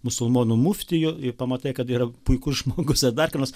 musulmonų muftijų ir pamatai kad yra puikus žmogus ar dar ką nors